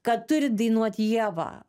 kad turi dainuoti ieva